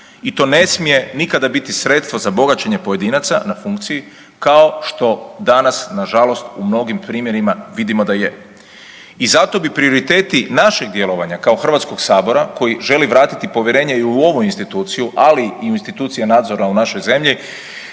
i to ne smije nikada biti sredstvo za bogaćenje pojedinaca na funkciji kao što danas na žalost u mnogim primjerima vidimo da je. I zato bi prioriteti našeg djelovanja kao Hrvatskog sabora koji želi vratiti povjerenje i u ovu instituciju, a i u interesu institucija u našoj zemlji